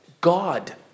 God